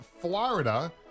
Florida